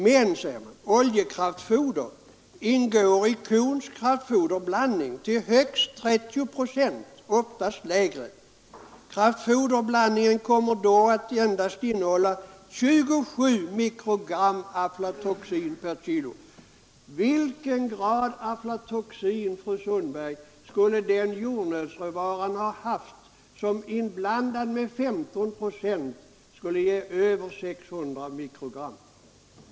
Men oljekraftfoder ingår i kons kraftfoderblandning till högst 30 procent, oftast lägre. Kraftfoderblandningen kommer då endast att innehålla 27 mikrogram aflatoxin kg?